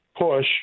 push